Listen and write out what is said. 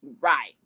Right